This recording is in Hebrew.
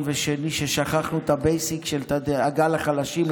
ושני על כך ששכחנו את הבייסיק של דאגה לחלשים,